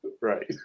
Right